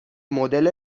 مدل